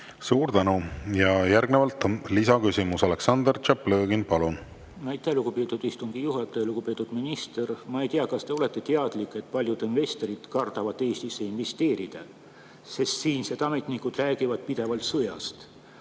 Suur tänu! Järgnevalt lisaküsimus, Aleksandr Tšaplõgin, palun! Aitäh, lugupeetud istungi juhataja! Lugupeetud minister! Ma ei tea, kas te olete teadlik, et paljud investorid kardavad Eestisse investeerida, sest siinsed ametnikud räägivad pidevalt sõjast.